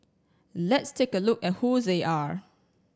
let's take a look at who they are